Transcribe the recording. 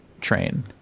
train